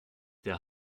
der